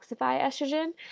estrogen